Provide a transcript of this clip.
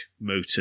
motor